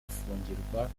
gufungirwa